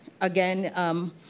again